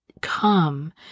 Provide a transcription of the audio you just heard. come